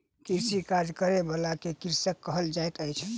कृषिक कार्य करय बला के कृषक कहल जाइत अछि